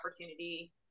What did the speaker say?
opportunity